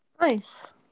Nice